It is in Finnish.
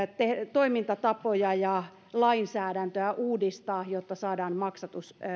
toimintatapoja ja lainsäädäntöä uudistaa jotta saadaan maksatus